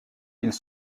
ils